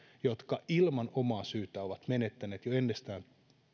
jotka ilman omaa syytään ovat menettäneet jo ennestään